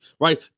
right